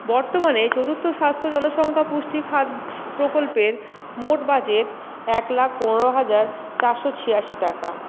বর্তমানে চতুর্থ স্বাস্থ্য জনসংখ্যা পুষ্টি প্রকল্পের মোট বাজেট এক লাখ পনেরো হাজার চারশো ছিয়াশি টাকা